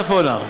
חמש שנים צפונה.